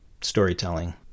storytelling